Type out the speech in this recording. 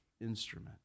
instrument